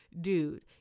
dude